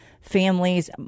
families